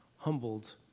humbled